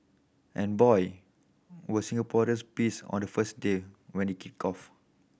and boy were Singaporeans pissed on the first day when it kicked off